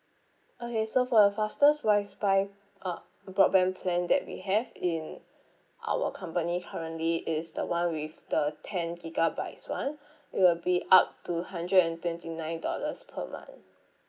okay so for the fastest wi-fi uh broadband plan that we have in our company currently is the one with the ten gigabytes [one] it will be up to hundred and twenty nine dollars per month